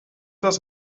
das